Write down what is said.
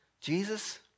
Jesus